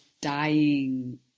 dying